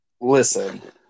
Listen